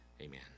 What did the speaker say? Amen